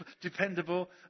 dependable